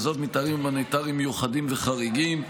וזאת מטעמים הומניטריים מיוחדים וחריגים.